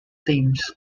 thames